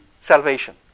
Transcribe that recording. salvation